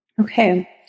Okay